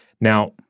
Now